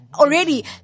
Already